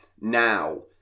now